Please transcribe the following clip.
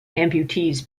amputees